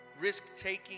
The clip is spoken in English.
risk-taking